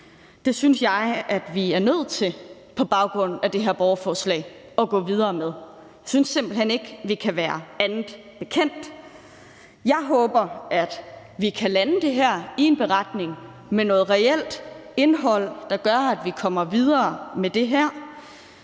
Det synes jeg at vi på baggrund af det her borgerforslag er nødt til at gå videre med. Jeg synes simpelt hen ikke, vi kan være andet bekendt. Jeg håber, at vi kan lande det her i en beretning med noget reelt indhold, der gør, at vi kommer videre med det her.